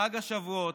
חג השבועות,